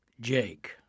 Jake